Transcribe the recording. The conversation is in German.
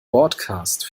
bordcast